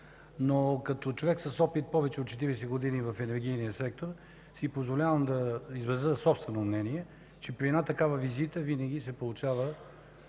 Но като човек с опит повече от 40 години в енергийния сектор си позволявам да изразя собствено мнение, че при една такава визита винаги се получава